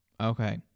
Okay